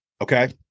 okay